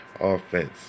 Offense